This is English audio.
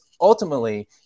ultimately